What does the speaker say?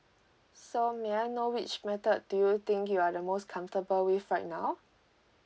so may I know which method do you think you are the most comfortable with right now